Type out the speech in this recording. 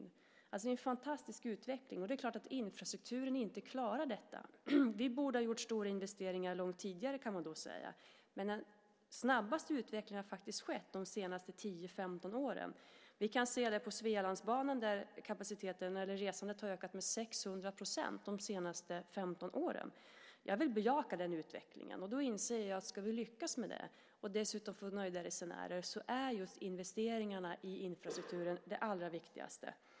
Det är alltså en fantastisk utveckling, och det är klart att infrastrukturen inte klarar detta. Vi borde ha gjort stora investeringar långt tidigare, kan man då säga, men den snabbaste utvecklingen har faktiskt skett under de senaste 10-15 åren. Vi kan se det på Svealandsbanan, där resandet har ökat med 600 % under de senaste 15 åren. Jag vill bejaka den utvecklingen. Då inser jag att om vi ska lyckas med detta och dessutom få nöjda resenärer är just investeringarna i infrastrukturen det allra viktigaste.